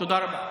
תודה רבה.